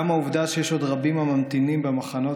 גם העובדה שיש עוד רבים הממתינים במחנות